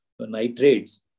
nitrates